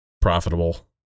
profitable